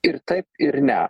ir taip ir ne